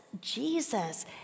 Jesus